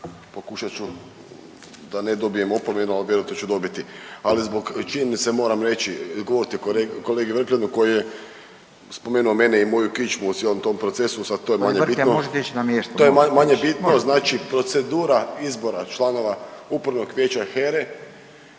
pokušat ću da ne dobijem opomenu, ali vjerojatno ću dobiti. Ali zbog činjenice moram reći, odgovoriti kolegi Vrkljanu koji je spomenuo mene i moju kičmu u cijelom tom procesu, sad to je manje bitno. …/Upadica Radin: Gospodine Vrkljan možete